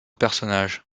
personnage